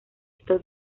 estos